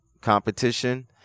competition